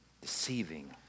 Deceiving